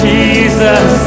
Jesus